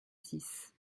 six